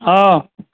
હા